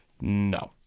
No